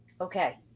Okay